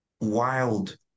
wild